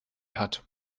hat